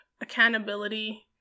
accountability